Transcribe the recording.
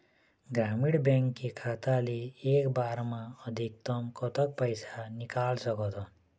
ग्रामीण बैंक के खाता ले एक बार मा अधिकतम कतक पैसा निकाल सकथन?